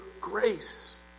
grace